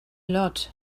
lot